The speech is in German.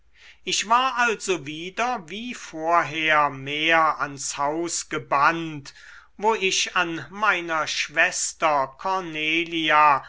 ich war also wieder wie vorher mehr ans haus gebannt wo ich an meiner schwester cornelia